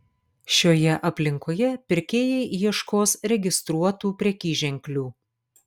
šioje aplinkoje pirkėjai ieškos registruotų prekyženklių